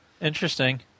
Interesting